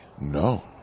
No